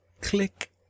Click